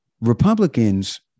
Republicans